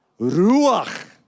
Ruach